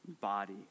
body